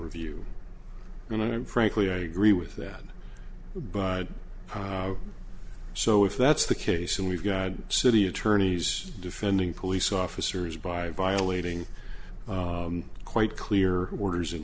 review and i'm frankly i agree with that but so if that's the case and we've got a city attorneys defending police officers by violating quite clear orders and